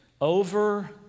Over